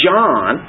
John